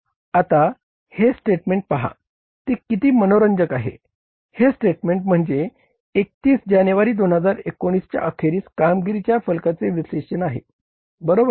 आता हे स्टेटमेंट पहा ते किती मनोरंजक आहे हे स्टेटमेंट म्हणजे 31 जानेवारी 2019 च्या अखेरीस कामगिरीच्या फलकाचे विश्लेषण आहे बरोबर